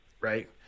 right